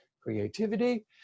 creativity